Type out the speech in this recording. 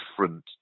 different